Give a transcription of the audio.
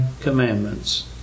commandments